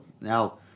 now